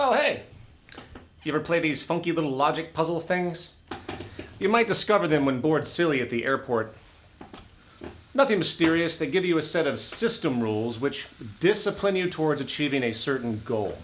oh hey if you play these funky little logic puzzle things you might discover them when bored silly at the airport nothing mysterious they give you a set of system rules which discipline you towards achieving a certain goal